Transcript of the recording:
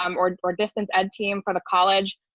um or or distance ed team for the college.